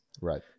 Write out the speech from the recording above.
Right